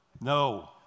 no